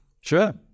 Sure